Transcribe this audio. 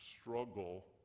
struggle